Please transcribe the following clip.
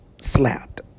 slapped